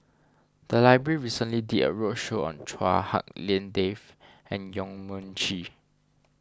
the library recently did a roadshow on Chua Hak Lien Dave and Yong Mun Chee